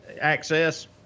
access